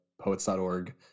poets.org